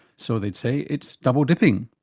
so they'd say it's double-dipping.